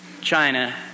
China